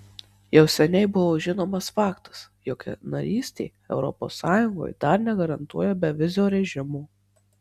jau seniai buvo žinomas faktas jog narystė europos sąjungoje dar negarantuoja bevizio režimo